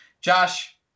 Josh